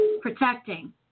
protecting